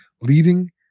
leading